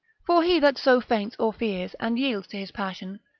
for he that so faints or fears, and yields to his passion,